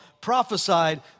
prophesied